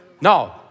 No